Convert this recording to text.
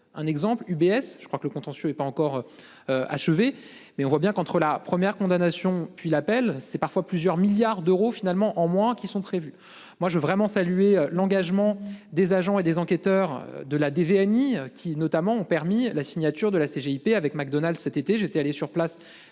un exemple UBS. Je crois que le contentieux est pas encore. Achevée, mais on voit bien qu'entre la première condamnation, puis l'appel c'est parfois plusieurs milliards d'euros finalement en moins qui sont prévues. Moi j'ai vraiment salué l'engagement des agents et des enquêteurs de la Annie qui notamment ont permis la signature de la CGIP avec Mac Donald cet été